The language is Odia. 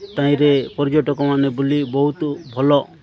ତାହିଁରେ ପର୍ଯ୍ୟଟକମାନେ ବୁଲି ବହୁତ ଭଲ